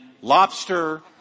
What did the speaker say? lobster